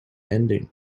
ending